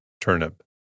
turnip